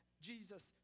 Jesus